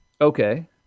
Okay